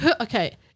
okay